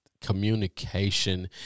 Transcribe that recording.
communication